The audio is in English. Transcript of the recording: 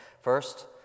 First